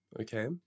Okay